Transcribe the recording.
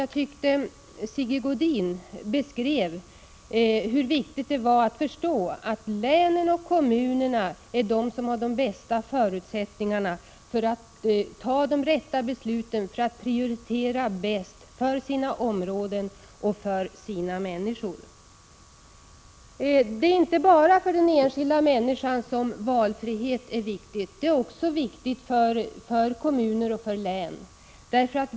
Jag tycker nämligen att Sigge Godin beskrev hur viktigt det är att förstå att länen och kommunerna är de instanser som har de bästa förutsättningarna att fatta de rätta besluten och göra den bästa prioriteringen för sina områden och för sina invånare. Det är inte bara för den enskilda människan som valfrihet är viktig. Den är viktig också för kommuner och för län.